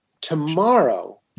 tomorrow